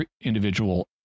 individual